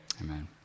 Amen